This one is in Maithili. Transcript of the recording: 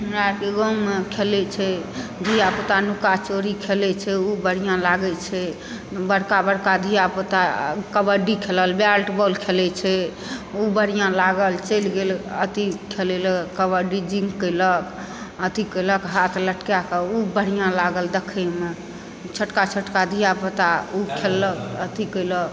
हमरा आरके गाँवमे खेलै छै धिया पुता नुक्का चोरी खेलै छै ऊ बढ़िया लागै छै बड़का बड़का धिया पुता कबड्डी खेलल बैटबॉल खेलै छै ऊ बढ़िया लागल चलि गेल अथी खेलै लऽ कबड्डी जिम कयलक अथी कयलक हाथ लटकायकऽ ऊ बढ़िया लागल देखैमे छोटका छोटका धिया पुता ऊ खेललक अथी कयलक